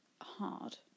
hard